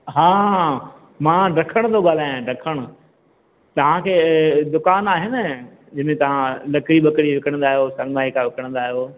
हा मां डखण थो ॻाल्हायां डखण तव्हांखे दुकान आहे न जंहिंमें तव्हां लकड़ी वकड़ी विकणंदा आहियो सनमाईका विकणंदा आहियो